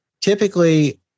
typically